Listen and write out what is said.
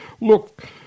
Look